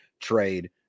trade